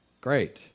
great